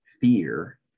fear